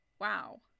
Wow